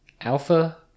alpha